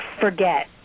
forget